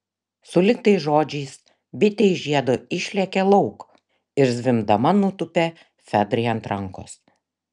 sulig tais žodžiais bitė iš žiedo išlėkė lauk ir zvimbdama nutūpė fedrai ant rankos